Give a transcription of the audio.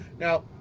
Now